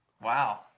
wow